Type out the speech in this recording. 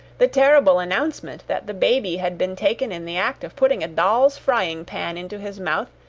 the terrible announcement that the baby had been taken in the act of putting a doll's frying-pan into his mouth,